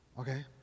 Okay